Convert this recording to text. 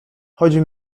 chodzi